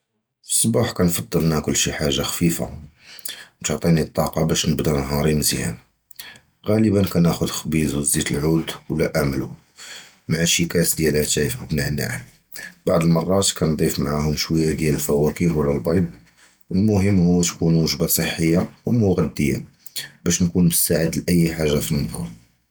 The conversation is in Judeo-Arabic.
פִסְבַּח קִנְפַצֵל נַאקְל שִי חַאגָה חֻ'פִיפָה תְּעַטִיִּי הַטַּאקַה בַּאש נַבְדָּא נַהָארִי מְזִיַאן, גַּלְבָּאן קִנְנַאחְד חֻבִּיז וְזַיְת הַעֻוד וְלָא אָאַמְלָא, מַעַ שִי קַאס דִיַּל הָאִתַאי בַּנְנַעַע, בַּעְד הַמַּרַאת קִנְדִּיף מַעַהוּם שׁוּיָא דִיַּל הַפֻּוַאקְה וְלָא הַבֵּיד, הַמֻּהִם הוּוּ תְקוּן וְגַ'בָּה סְחִיָּה וּמְגַ'דִּיִה בַּאש נַקּוּן מֻסְתַעְד לְאִי חַאגָה פִיּוּסְבַּاح.